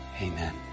Amen